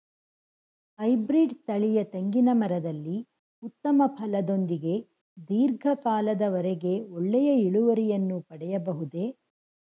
Hybrid ತಳಿಯ ತೆಂಗಿನ ಮರದಲ್ಲಿ ಉತ್ತಮ ಫಲದೊಂದಿಗೆ ಧೀರ್ಘ ಕಾಲದ ವರೆಗೆ ಒಳ್ಳೆಯ ಇಳುವರಿಯನ್ನು ಪಡೆಯಬಹುದೇ?